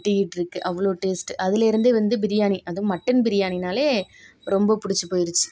ஒட்டிக்கிட்டு இருக்குது அவ்வளோ டேஸ்ட் அதிலருந்தே வந்து பிரியாணி அதுவும் மட்டன் பிரியாணினாலே ரொம்ப பிடிச்சிப் போயிடுச்சு